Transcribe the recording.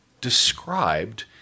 described